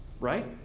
Right